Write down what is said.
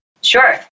Sure